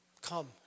come